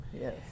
Yes